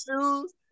shoes